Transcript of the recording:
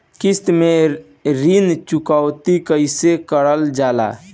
किश्त में ऋण चुकौती कईसे करल जाला?